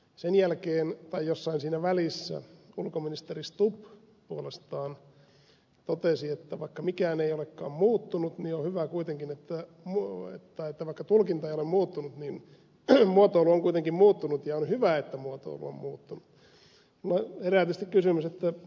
sen jälkeen tai jossain siinä välissä ulkoministeri stubb puolestaan totesi että vaikka tulkinta ei olekaan muuttunut ne olivat kuitenkin että mulle tai tämä tulkinta ole muuttunut niin muotoilu on kuitenkin muuttunut ja on hyvä että muotoilu on muuttunut